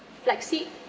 flak seed